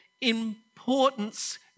importance